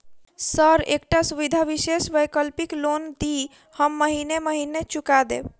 Sir एकटा सुविधा विशेष वैकल्पिक लोन दिऽ हम महीने महीने चुका देब?